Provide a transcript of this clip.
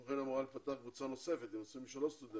כמו כן אמורה להיפתח קבוצה נוספת עם 23 סטודנטים,